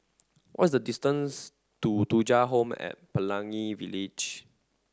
what is the distance to Thuja Home at Pelangi Village